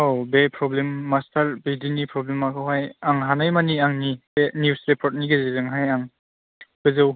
औ बे problem master बिदिनि प्रब्लेमाखौहाय आं हानाय माने आंनि बे निउस रिपर्टनि गेजेरजोंहाय आं गोजौ